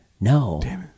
no